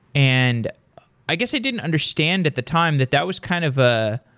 and i guess i didn't understand at the time that that was kind of ah